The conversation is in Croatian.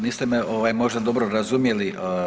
Niste me možda dobro razumjeli.